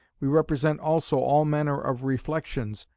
we represent also all manner of reflexions,